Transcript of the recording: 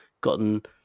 gotten